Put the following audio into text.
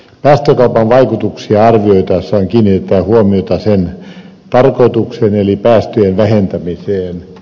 päästökaupan vaikutuksia arvioitaessa on kiinnitettävä huomiota sen tarkoitukseen eli päästöjen vähentämiseen